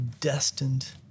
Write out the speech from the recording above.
destined